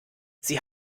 sie